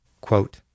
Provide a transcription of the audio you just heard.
Quote